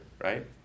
right